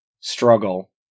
struggle